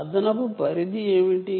అదనపు రేంజ్ ఏమిటి